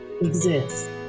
exist